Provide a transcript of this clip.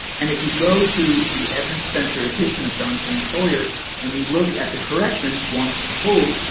and if you go to the edmund spenser edition of john payne collier and you look at the correction, wants to hold,